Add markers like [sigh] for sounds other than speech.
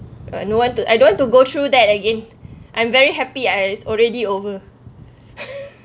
but no one to I don't want to go through that again [breath] I'm very happy I it's already over [laughs]